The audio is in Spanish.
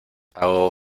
hago